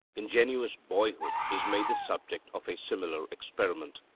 ingenuous boyhood is made the subject of a similar experiment.